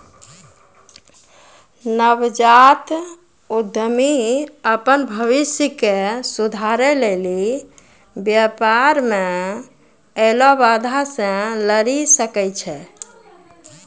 नवजात उद्यमि अपन भविष्य के सुधारै लेली व्यापार मे ऐलो बाधा से लरी सकै छै